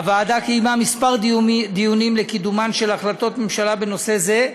הוועדה קיימה כמה דיונים לקידומן של החלטות ממשלה בנושא זה,